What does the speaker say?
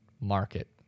market